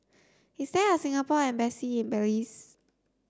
is there a Singapore embassy in Belize